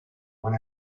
when